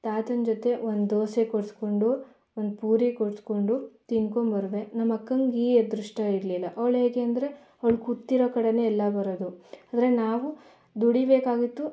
ತಾತನ ಜೊತೆ ಒಂದು ದೋಸೆ ಕೊಡಿಸ್ಕೊಂಡು ಒಂದು ಪೂರಿ ಕೊಡಿಸ್ಕೊಂಡು ತಿಂದ್ಕೊಂಡ್ಬರುವೆ ನಮ್ಮಕ್ಕಂಗೆ ಈ ಅದೃಷ್ಟ ಇರಲಿಲ್ಲ ಅವ್ಳು ಹೇಗೆಂದರೆ ಅವ್ಳು ಕೂತಿರೋ ಕಡೆಯೇ ಎಲ್ಲ ಬರೋದು ಆದರೆ ನಾವು ದುಡಿ ಬೇಕಾಗಿತ್ತು